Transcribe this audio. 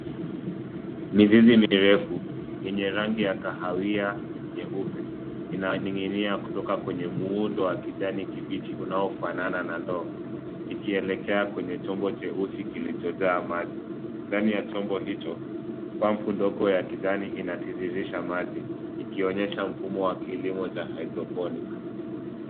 Mizizi mirefu yenye rangi ya kahawia nyeupe inaning'ina kutoka kwenye muundo wa kijani kibichi unao fanana na ndoo ikielekea kwenye chombo cheusi kilicho jaa maji. Ndani ya chombo hicho pambu ndogo ya kijani inatiririsha maji ikionyesha mfumo wa kilimo cha hydroponic .